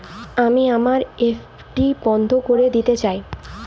আমি আমার এফ.ডি বন্ধ করে দিতে চাই